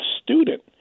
student